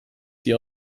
sie